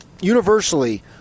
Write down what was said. universally